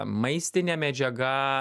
maistine medžiaga